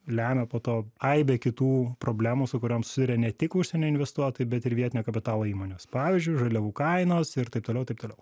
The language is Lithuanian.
lemia po to aibė kitų problemų su kuriom susiduria ne tik užsienio investuotojai bet ir vietinio kapitalo įmonės pavyzdžiui žaliavų kainos ir taip toliau taip toliau